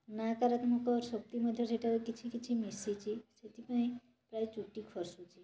ନକାରାତ୍ମକ ଶକ୍ତି ମଧ୍ୟ ସେଥିରେ କିଛି କିଛି ମିଶିଛି ସେଥିପାଇଁ ପ୍ରାୟ ଚୁଟି ଖସୁଛି